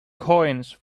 coins